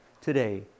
today